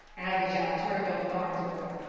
abijah turned on farnsworth.